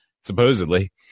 supposedly